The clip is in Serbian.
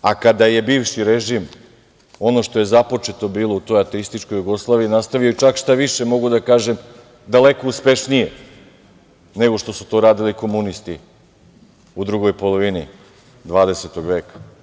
a kada je bivši režim, ono što je započeto bilo u toj ateističkoj Jugoslaviji, nastavio je čak šta više, mogu da kažem daleko uspešnije nego što su to radili komunisti u drugoj polovini 20. veka.